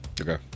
Okay